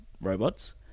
robots